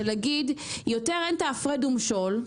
שיותר אין הפרד ומשול.